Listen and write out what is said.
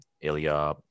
Ilya